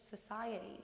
society